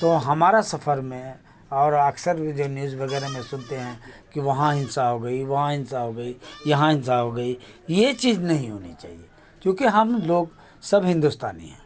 تو ہمارا سفر میں اور اکثر بھی جو نیوز وغیرہ میں سنتے ہیں کہ وہاں ہنسا ہو گئی وہاں ہنسا ہو گئی یہاں ہنسا ہو گئی یہ چیز نہیں ہونی چاہیے کیونکہ ہم لوگ سب ہندوستانی ہیں